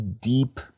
deep